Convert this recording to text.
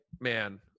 man